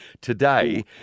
Today